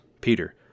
Peter